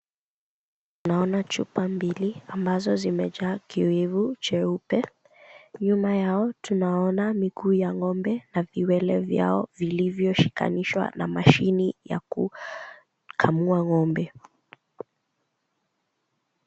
Naona chupa mbili ambazo zimejaa kiowevu cheupe, nyuma yao tunaona miguu ya ng'ombe na viwele vyao, vilivyo shikanishwa na mashine ya kukamua ng'ombe.